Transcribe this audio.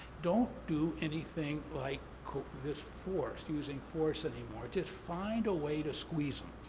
don't do anything like this force, using force anymore, just find a way to squeeze